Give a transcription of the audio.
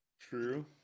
True